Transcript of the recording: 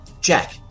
Jack